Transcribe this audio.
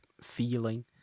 feeling